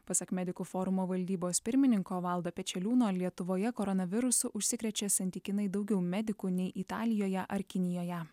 pasak medikų forumo valdybos pirmininko valdo pečeliūno lietuvoje koronavirusu užsikrečia santykinai daugiau medikų nei italijoje ar kinijoje